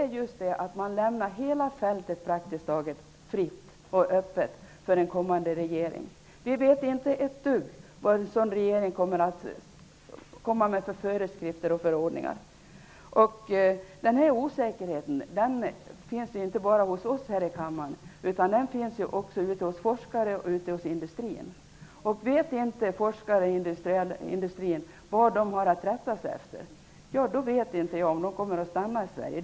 Riksdagen lämnar hela fältet praktiskt taget fritt och öppet för en kommande regering. Vi vet inte ett dugg om vilka föreskrifter och förordningar som regeringen kommer att utfärda. Denna osäkerhet finns inte bara hos oss i kammaren, utan den finns också ute i industrin och hos forskare. Vet inte forskare och människor i industrin vad de har att rätta sig efter, vet inte jag om de kommer att stanna i Sverige.